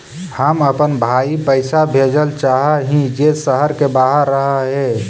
हम अपन भाई पैसा भेजल चाह हीं जे शहर के बाहर रह हे